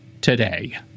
today